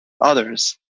others